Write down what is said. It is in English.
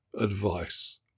advice